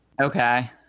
Okay